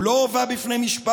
הוא לא הובא למשפט,